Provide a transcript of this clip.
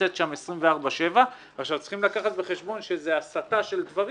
ונמצאת שם 24/7. צריכים לקחת בחשבון שזו הסטה של דברים.